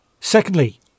Secondly